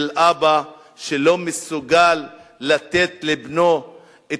מה הרגשתו של אבא שלא מסוגל לתת לבנו את